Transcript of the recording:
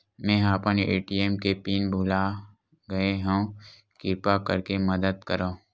मेंहा अपन ए.टी.एम के पिन भुला गए हव, किरपा करके मदद करव